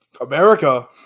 America